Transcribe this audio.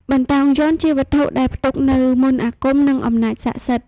បន្តោងយ័ន្តជាវត្ថុដែលផ្ទុកនូវ មន្តអាគម និងអំណាចស័ក្តិសិទ្ធិ។